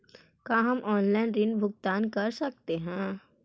का हम आनलाइन ऋण भुगतान कर सकते हैं?